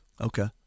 Okay